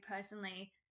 personally